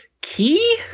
key